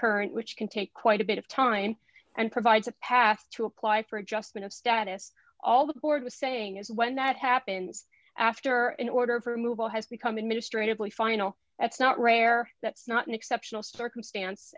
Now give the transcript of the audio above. current which can take quite a bit of time and provides a path to apply for adjustment of status all the board was saying is when that happens after an order for a movable has become administratively final that's not rare that's not an exceptional circumstance